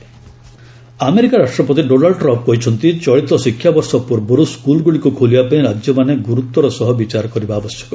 Trump school reopening America ରାଷ୍ଟ୍ରପତି Donald Trump କହିଛନ୍ତି ଚଳିତ ଶିକ୍ଷା ବର୍ଷ ପୂର୍ବରୁ ସ୍କୁଲଗୁଡ଼ିକୁ ଖୋଲିବା ପାଇଁ ରାକ୍ୟମାନେ ଗୁରୁତର ସହ ବିଚାର କରିବା ଆବଶ୍ୟକ